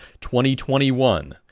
2021